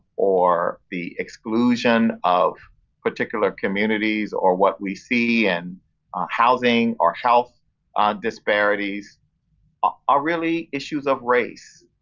or the exclusion of particular communities, or what we see in housing or health disparities ah are really issues of race,